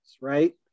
right